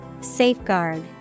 Safeguard